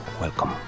welcome